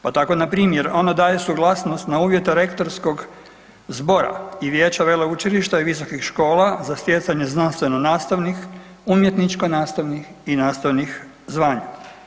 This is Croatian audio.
Pa tako npr. ono daje suglasnost na uvjete rektorskog zbora i vijeća veleučilišta i visokih škola za stjecanje znanstveno-nastavnih, umjetničko-nastavnih i nastavnih zvanja.